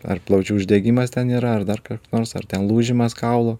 ar plaučių uždegimas ten yra ar dar nors ar ten lūžimas kaulų